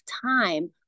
time